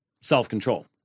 self-control